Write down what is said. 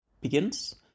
begins